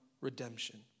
redemption